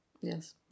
yes